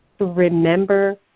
remember